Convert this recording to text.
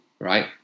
right